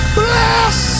bless